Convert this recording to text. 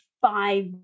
five